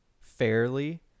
fairly